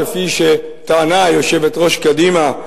כפי שטענה יושבת-ראש קדימה,